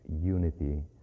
unity